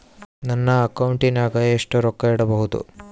ನನ್ನ ಅಕೌಂಟಿನಾಗ ಎಷ್ಟು ರೊಕ್ಕ ಇಡಬಹುದು?